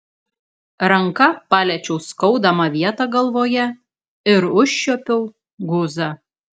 ranka paliečiau skaudamą vietą galvoje ir užčiuopiau guzą